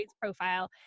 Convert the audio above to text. profile